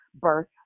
birth